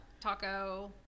taco